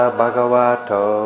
Bhagavato